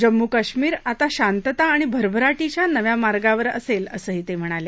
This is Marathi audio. जम्मू कश्मीर आता शांतता आणि भरभराटीच्या नव्या मार्गावर असेल असंही ते म्हणाले